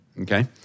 Okay